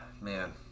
Man